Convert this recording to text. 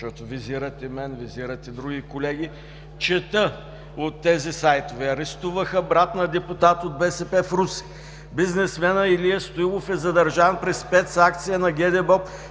защото визирате мен, визирате други колеги, чета от тези сайтове: „Арестуваха брат на депутат от БСП в Русе. Бизнесменът Илия Стоилов е задържан при спецакция на ГДБОП